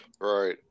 Right